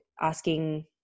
asking